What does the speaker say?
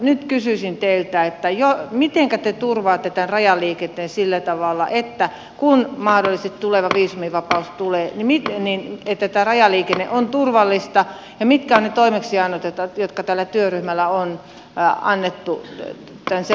nyt kysyisin teiltä mitenkä te turvaatte tämän rajaliikenteen sillä tavalla että kun mahdollisesti viisumiva paus tulee niin tämä rajaliikenne on turvallista ja mitkä ovat ne toimeksiannot jotka tälle työryhmälle on annettu tämän selvityksen osalta